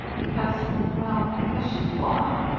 because well, because she's laura.